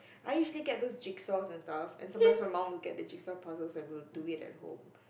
I usually get those jigsaws and stuff and sometimes my mum will get the jigsaw puzzles and we'll do it at home